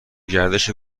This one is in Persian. گردش